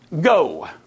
go